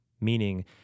Meaning